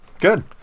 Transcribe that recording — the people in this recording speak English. Good